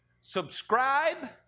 subscribe